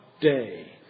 day